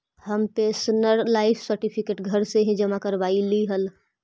हम pensioner life certificate घर से ही जमा करवइलिअइ हल